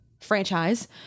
franchise